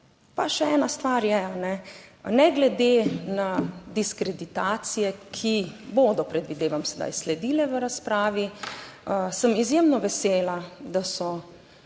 Pa še ena stvar je. Ne glede na diskreditacije, ki bodo, predvidevam, sedaj sledile v razpravi, sem izjemno vesela, da so